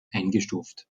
eingestuft